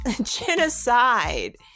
Genocide